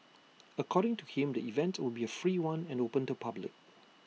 according to him the event will be A free one and open to public